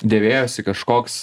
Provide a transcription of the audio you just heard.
dėvėjosi kažkoks